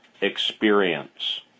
experience